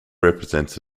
represents